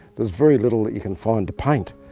there's very little that you can find to paint,